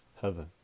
heaven